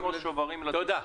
תודה.